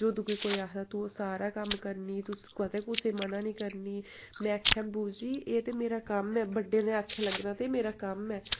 जो तुगी कोई आखदा तूं ओह् सारा कम्म करनीं तूं कदें कुसै गी म'ना निं करनी में आखेआ बूजी एह् ते मेरा कम्म ऐ बड्डें दे आखै लग्गना एह् ते मेरा कम्म ऐ